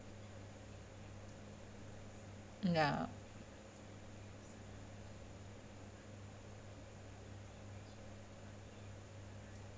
ya